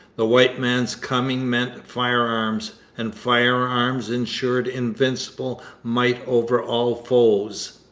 the white man's coming meant firearms, and firearms ensured invincible might over all foes.